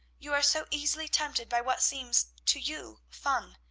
you are so easily tempted by what seems to you fun.